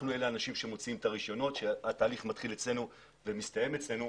אנחנו האנשים שמוציאים את הרישיון והתהליך מתחיל ומסתיים אצלנו.